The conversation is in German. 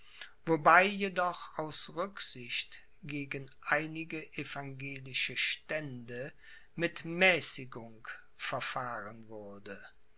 wobei jedoch aus rücksicht gegen einige evangelische stände mit mäßigung verfahren wurde